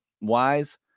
wise